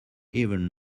even